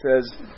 says